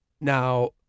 Now